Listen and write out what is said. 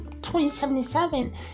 2077